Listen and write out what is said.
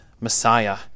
messiah